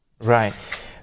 Right